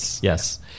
Yes